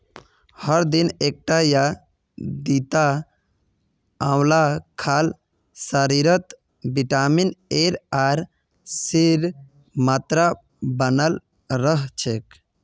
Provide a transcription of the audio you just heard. हर दिन एकटा या दिता आंवला खाल शरीरत विटामिन एर आर सीर मात्रा बनाल रह छेक